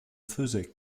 faisaient